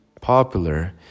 popular